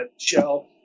Shell